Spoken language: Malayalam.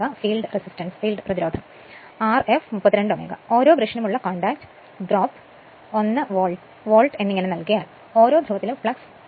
1 Ω ഫീൽഡ് റെസിസ്റ്റൻസ് Rf 32 Ω ഓരോ ബ്രഷിനുമുള്ള കോൺടാക്റ്റ് ഡ്രോപ്പ് 1 വോൾട്ട് എന്നിങ്ങനെ നൽകിയാൽ ഓരോ ധ്രുവത്തിലും ഫ്ലക്സ് 0